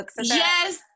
Yes